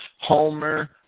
Homer